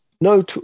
No